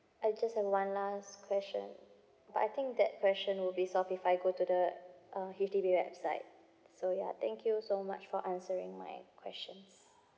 I just have one last question but I think that question would be solved if I go to the uh H_D_B website so ya thank you so much for answering my questions